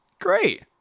Great